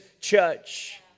church